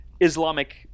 Islamic